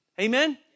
Amen